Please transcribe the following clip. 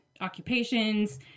occupations